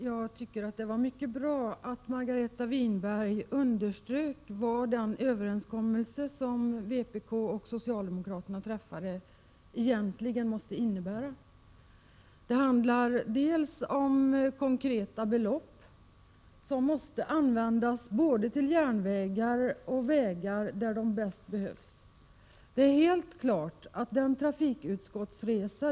Herr talman! Det var mycket bra att Margareta Winberg underströk vad den överenskommelse som vpk och socialdemokraterna träffat egentligen innebär. Det handlar bl.a. om konkreta belopp som skall användas både till järnvägar och till vägar, på de punkter där de bäst behövs.